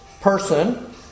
person